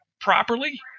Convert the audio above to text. properly